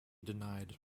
denied